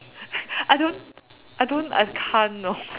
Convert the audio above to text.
I don't I don't I can't no